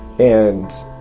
and